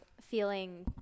feeling